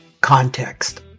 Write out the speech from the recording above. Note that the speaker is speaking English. context